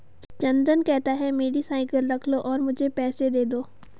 चंदन कहता है, मेरी साइकिल रख लो और मुझे पैसे दे दो